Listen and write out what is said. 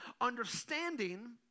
understanding